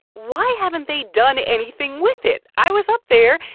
why haven't they done anything with it? i was up there,